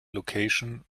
location